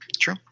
True